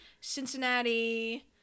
Cincinnati –